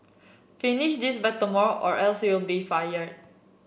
finish this by tomorrow or else you'll be fired